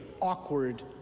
awkward